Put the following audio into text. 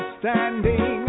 standing